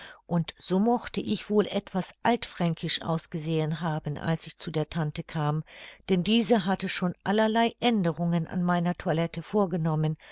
und so mochte ich wohl etwas altfränkisch ausgesehen haben als ich zu der tante kam denn diese hatte schon allerlei aenderungen an meiner toilette vorgenommen